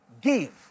Give